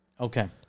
Okay